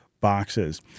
boxes